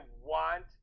want